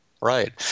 Right